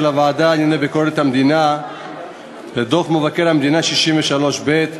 הוועדה לענייני ביקורת המדינה לדוח מבקר המדינה 63ב,